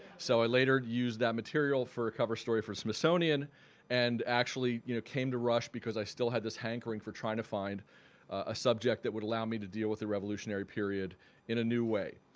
so i later used that material for a cover story for smithsonian and actually you know came to rush because i still had this hankering for trying to find a subject that would allow me to deal with the revolutionary period in a new way.